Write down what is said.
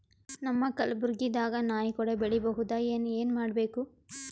ನಮ್ಮ ಕಲಬುರ್ಗಿ ದಾಗ ನಾಯಿ ಕೊಡೆ ಬೆಳಿ ಬಹುದಾ, ಏನ ಏನ್ ಮಾಡಬೇಕು?